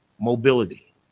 Mobility